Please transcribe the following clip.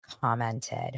commented